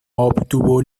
obtuvo